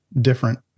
different